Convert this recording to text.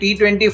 T20